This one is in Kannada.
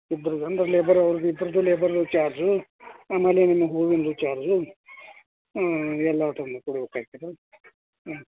ಇಬ್ಬರು ಅಂದರೆ ಲೇಬರ್ ಅವ್ರ್ದು ಇಬ್ಬರದು ಲೇಬರ್ರು ಚಾರ್ಜು ಆಮೇಲೆ ನಿಮ್ಮ ಹೂವಿಂದು ಚಾರ್ಜು ಎಲ್ಲಾ ಕೊಡಬೇಕಾಯ್ತದ ಹಾಂ